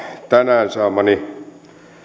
tänään saamani